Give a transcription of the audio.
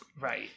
Right